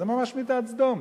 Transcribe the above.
זו ממש מידת סדום.